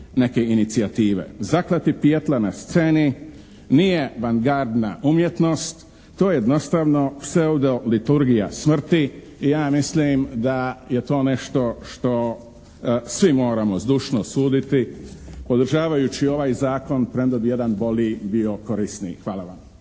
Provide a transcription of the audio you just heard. neke inicijative. Zaklati pijetla na sceni nije vangardna umjetnost, to je jednostavno pseudoliturgija smrti i ja mislim da je to nešto što svi moramo zdušno suditi podržavajući ovaj zakon premda bi jedan bolji bio korisniji. Hvala vam.